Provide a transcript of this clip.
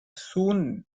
soon